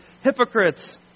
Hypocrites